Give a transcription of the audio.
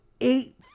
eight